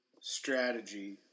strategy